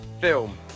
film